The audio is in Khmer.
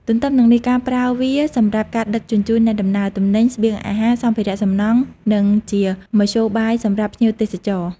ទន្ទឹមនឹងនេះ គេប្រើវាសម្រាប់ការដឹកជញ្ជូនអ្នកដំណើរ ទំនិញ ស្បៀងអាហារ សម្ភារៈសំណង់ និងជាមធ្យោបាយសម្រាប់ភ្ញៀវទេសចរ។